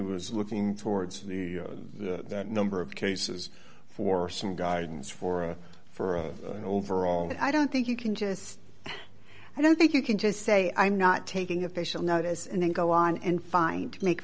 was looking towards the the number of cases for some guidance for a for of an overall i don't think you can just i don't think you can just say i'm not taking official notice and then go on and find to make